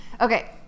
Okay